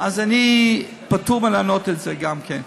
אני פטור מלענות על זה גם כן.